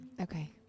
Okay